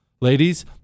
Ladies